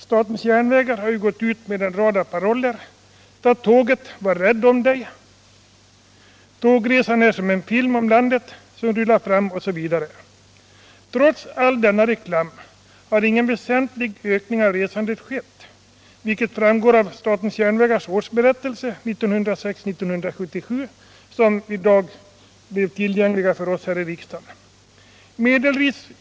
Statens järnvägar har gått ut med en rad paroller — ta tåget, var rädd om dig, tågresan är som en film om landet som rullar fram, osv. Trots all denna reklam har ingen väsentlig ökning av resandet skett, vilket framgår av SJ:s årsberättelse 1976/77, som i dag blivit tillgänglig för oss här i riksdagen.